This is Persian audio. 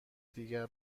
دیگر